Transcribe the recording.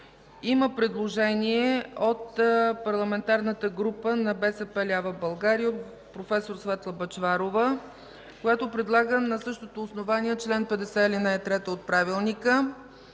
Има предложение от Парламентарната група на БСП лява България, от проф. Светла Бъчварова, която предлага на същото основание – чл. 50, ал. 3 от Правилника,